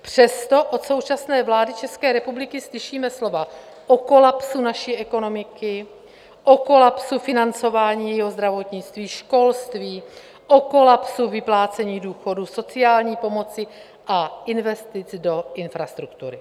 Přesto od současné vlády České republiky slyšíme slova o kolapsu naší ekonomiky, o kolapsu financování jejího zdravotnictví, školství, o kolapsu vyplácení důchodů, sociální pomoci a investic do infrastruktury.